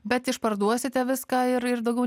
bet išparduosite viską ir ir daugiau